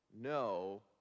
no